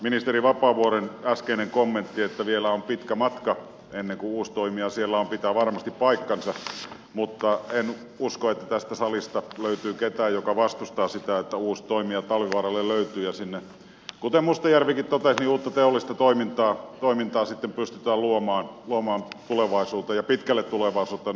ministeri vapaavuoren äskeinen kommentti että vielä on pitkä matka ennen kuin uusi toimija siellä on pitää varmasti paikkansa mutta en usko että tästä salista löytyy ketään joka vastustaa sitä että uusi toimija talvivaaralle löytyy ja sinne kuten mustajärvikin totesi uutta teollista toimintaa sitten pystytään luomaan tulevaisuuteen ja pitkälle tulevaisuuteen